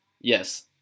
Yes